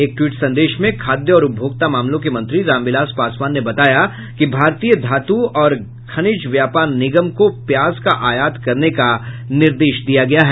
एक ट्वीट संदेश में खाद्य और उपभोक्ता मामलों के मंत्री रामविलास पासवान ने बताया कि भारतीय धातु और खनिज व्यापार निगम को प्याज का आयात करने का निर्देश दिया गया है